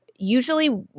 Usually